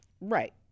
Right